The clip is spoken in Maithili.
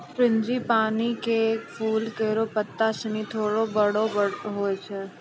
फ़्रेंजीपानी क फूल केरो पत्ता सिनी थोरो बड़ो होय छै